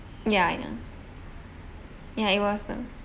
ya ya ya it was